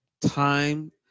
time